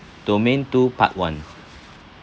domain two part one